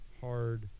hard